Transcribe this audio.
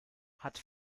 hat